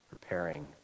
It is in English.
preparing